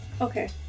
Okay